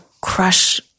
crush